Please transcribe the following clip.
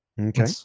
Okay